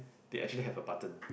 they actually have a button